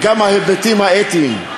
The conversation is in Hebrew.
וגם על ההיבטים האתיים.